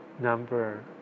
number